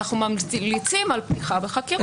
אנחנו ממליצים על פתיחה בחקירה.